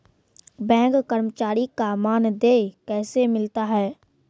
Bank कर्मचारी का मानदेय कैसे मिलता हैं?